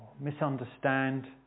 misunderstand